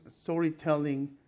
storytelling